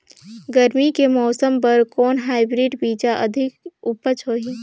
गरमी के मौसम बर कौन हाईब्रिड बीजा अधिक उपज होही?